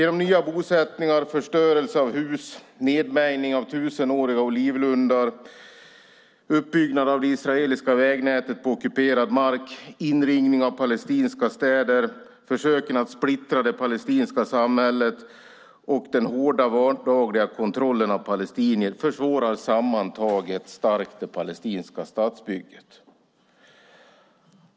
Nya bosättningar, förstörelse av hus, nedmejning av tusenåriga olivlundar, uppbyggnad av det israeliska vägnätet på ockuperad mark, inringning av palestinska städer, försök att splittra det palestinska samhället och den hårda vardagliga kontrollen av palestinier försvårar starkt det palestinska statsbygget.